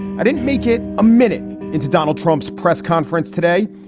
i didn't make it a minute into donald trump's press conference today.